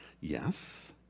Yes